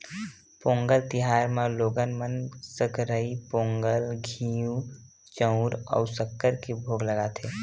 पोंगल तिहार म लोगन मन सकरई पोंगल, घींव, चउर अउ सक्कर के भोग लगाथे